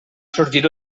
sorgir